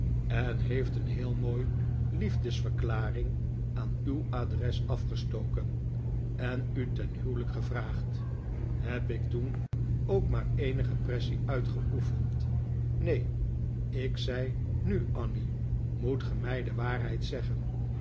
en heeft een heel mooie liefdesverklaring aan uw adres afgestoken en u ten huwelijk gevraagd heb ik toen ook maar eenige pressie uitgeoefend neen ik zei nu annie moet ge mij de waarheid zeggen